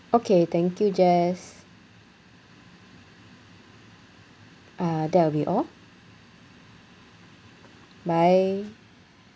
okay thank you jess uh that will be all bye